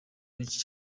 benshi